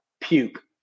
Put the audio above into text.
puke